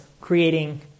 creating